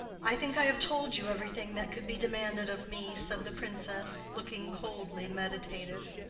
i think i have told you everything that could be demanded of me, said the princess, looking coldly meditative.